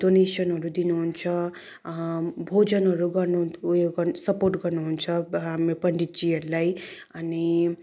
डोनेसनहरू दिनुहुन्छ भोजनहरू गर्नु ऊ यो गर्नु सपोर्ट गर्नुहुन्छ हाम्रो पण्डितजीहरूलाई अनि